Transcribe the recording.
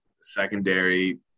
secondary